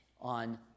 on